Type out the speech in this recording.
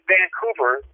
Vancouver